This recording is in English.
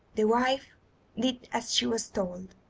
the wife did as she was told,